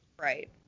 Right